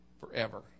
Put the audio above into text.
forever